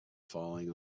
falling